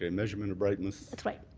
ah and measurement of brightness. that's right.